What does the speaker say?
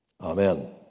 Amen